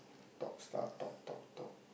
talk start talk talk talk